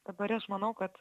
dabar aš manau kad